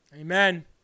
Amen